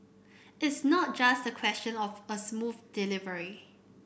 it's not just a question of a smooth delivery